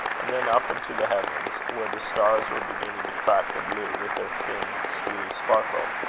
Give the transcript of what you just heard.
and then up into the heavens, where the stars were beginning to crack the blue with their thin, steely sparkle.